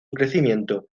crecimiento